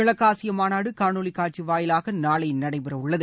கிழக்காசிய மாநாடு காணொளி காட்சி வாயிலாக நாளை நடைபெறவுள்ளது